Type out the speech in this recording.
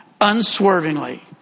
unswervingly